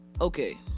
Okay